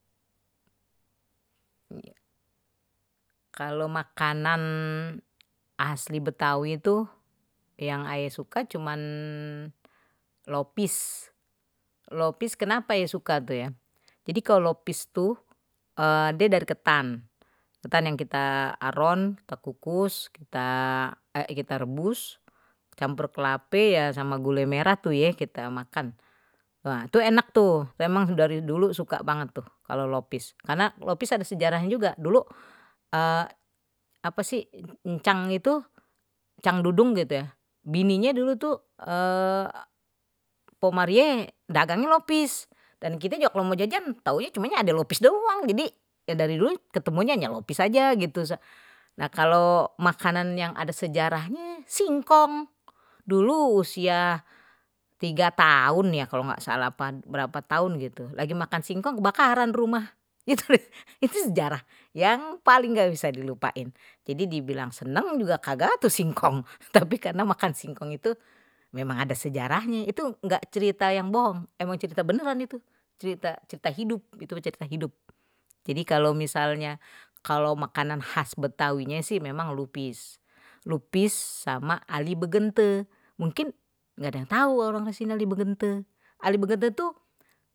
Kalau makanan asli betawi itu yang aye suka cuman lopis, lopis kenapa ya suka tuh ya jadi kalau lopis tuh dia dari ketan, ketan yang kita aron kita kukus kita ayo kita rebus campur kelapa ya sama gula merah tuh ya kita makan nah tuh enak tuh memang dari dulu suka banget tuh kalau lopis, karena lopis ada sejarahnya juga dulu apa sih encang itu, cang dudung gitu ya bininya dulu tuh pok marie dagangnya lopis dan kita juga kalau mau jajan tahunya cumanya ada lupis doang jadi ya dari dulu ketemunya yang lopis aja, gitu nah kalau makanan yang ada sejarahnye singkong dulu usia tiga tahun ya kalau enggak salah berapa tahun gitu lagi makan singkong kebakaran rumah itu sejarah yang paling enggak bisa dilupain jadi dibilang senang juga kagak atau singkong tapi karena makan singkong itu memang ada sejarahnya itu enggak cerita yang bohong emang cerita beneran itu cerita hidup, itu cerita hidup jadi kalau misalnya kalau makanan khas betawinya sih memang lupis lupis sama aliyebegente, mungkin enggak ada yang tahu orang sini aliyebegente. aliyebegente tuh.